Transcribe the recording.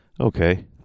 Okay